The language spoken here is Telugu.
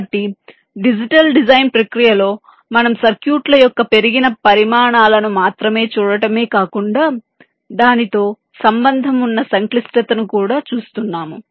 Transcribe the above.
కాబట్టి డిజిటల్ డిజైన్ ప్రక్రియలో మనం సర్క్యూట్ల యొక్క పెరిగిన పరిమాణాలను మాత్రమే చూడటమే కాకుండా దానితో సంబంధం ఉన్న సంక్లిష్టతను కూడా చూస్తున్నాము